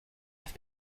have